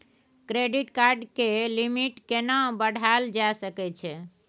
Credit card के limit केना बढायल जा सकै छै?